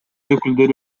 өкүлдөрү